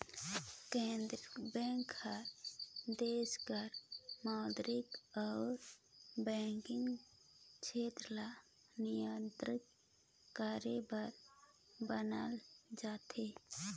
केंद्रीय बेंक हर देस कर मौद्रिक अउ बैंकिंग छेत्र ल नियंत्रित करे बर बनाल जाथे